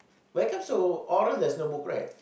when comes to oral there is no book right